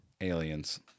Aliens